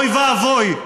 אוי ואבוי,